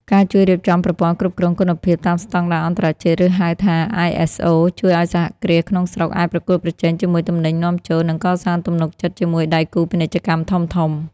ការជួយរៀបចំប្រព័ន្ធគ្រប់គ្រងគុណភាពតាមស្ដង់ដារអន្តរជាតិ ( ឬ ហៅថា ISO) ជួយឱ្យសហគ្រាសក្នុងស្រុកអាចប្រកួតប្រជែងជាមួយទំនិញនាំចូល និងកសាងទំនុកចិត្តជាមួយដៃគូពាណិជ្ជកម្មធំៗ។